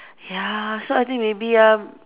ya so I think maybe um